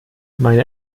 meine